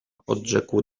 odrzekł